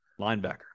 Linebacker